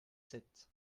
sept